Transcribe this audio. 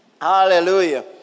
Hallelujah